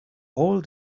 all